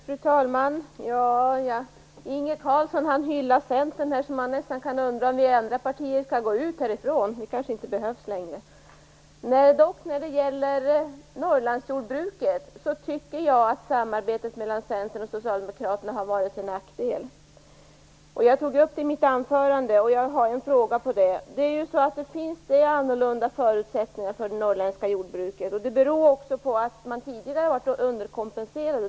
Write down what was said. Fru talman! Inge Carlsson hyllar Centern så mycket att man nästan kan undra om vi från andra partier skall gå ut härifrån. Vi kanske inte behövs längre. När det gäller Norrlandsjordbruket tycker jag att samarbetet mellan Centern och Socialdemokraterna har varit till nackdel. Jag tog upp det i mitt anförande. Jag har en fråga om det. Det är annorlunda förutsättningar för det norrländska jordbruket. Det beror också på att man tidigare var underkompenserad.